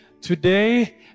today